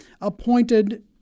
appointed